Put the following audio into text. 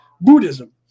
Buddhism